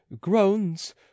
groans